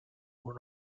were